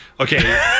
Okay